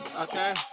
Okay